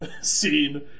scene